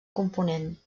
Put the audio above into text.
component